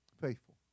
faithful